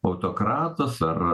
autokratas ar